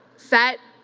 set,